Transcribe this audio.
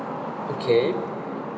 okay